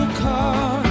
car